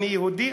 אני יהודי,